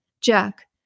Jack